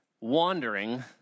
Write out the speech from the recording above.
wandering